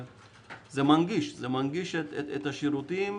זה מנגיש את השירותים,